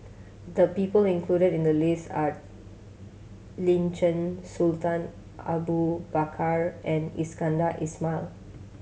the people included in the list are Lin Chen Sultan Abu Bakar and Iskandar Ismail